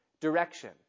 direction